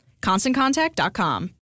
ConstantContact.com